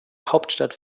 hauptstadt